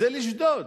זה לשדוד.